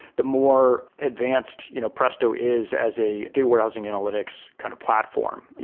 the more advanced you know presto is as a data warehousing analytics kind of platform.